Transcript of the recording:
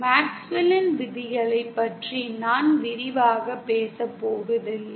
மேக்ஸ்வெல்லின் விதிகளைப் பற்றி நான் விரிவாகப் பேசப் போவதில்லை